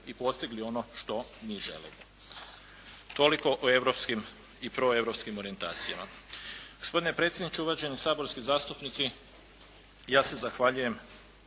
i postigli ono što mi želimo. Toliko o europskim i proeuropskim orijentacijama. Gospodine predsjedniče, uvaženi saborski zastupnici. Ja se zahvaljujem